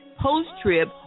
post-trip